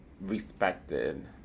respected